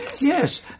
Yes